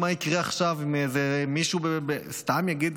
מה יקרה עכשיו אם מישהו סתם יגיד,